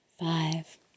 Five